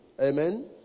Amen